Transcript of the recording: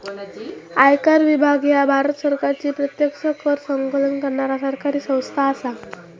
आयकर विभाग ह्या भारत सरकारची प्रत्यक्ष कर संकलन करणारा सरकारी संस्था असा